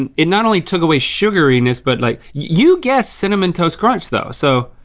and it not only took away sugary-ness, but like you guessed cinnamon toast crunch, though, so.